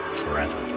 forever